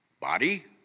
body